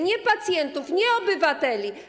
Nie pacjentów, nie obywateli.